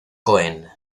cohen